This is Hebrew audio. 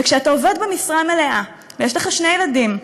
וכשאתה עובד במשרה מלאה ויש לך שני ילדים,